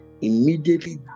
Immediately